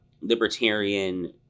libertarian